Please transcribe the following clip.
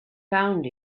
found